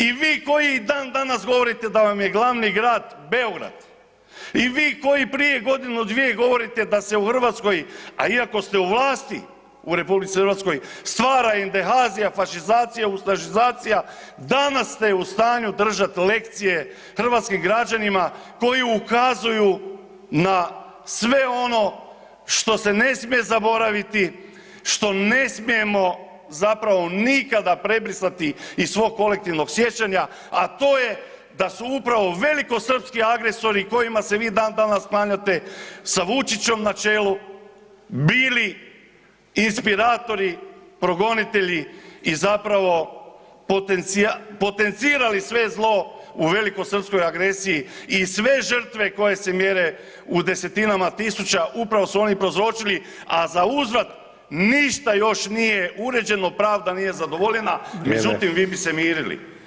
I vi koji i dan danas govorite da vam je glavni grad Beograd i vi koji prije godinu, dvije govorite da se u Hrvatskoj, a iako ste u vlasti u RH stvara „Endehazija“, fašizacija, ustašizacija, danas ste u stanju držati lekcije hrvatskim građanima koji ukazuju na sve ono što se ne smije zaboraviti, što ne smijemo zapravo nikada prebrisati iz svog kolektivnog sjećanja, a to je da su upravo velikosrpski agresori kojima se vi dan-danas klanjate, sa Vučićom na čelu bili inspiratori, progonitelji i zapravo potencirali sve zlo u velikosrpskoj agresiji i sve žrtve koje se mjere u desetinama tisuća upravo su oni prouzročili, a zauzvrat ništa još nije uređeno, pravda nije zadovoljena [[Upadica: Vrijeme.]] međutim, vi bi se mirili.